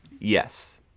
yes